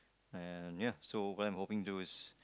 and ya so what I'm hoping to is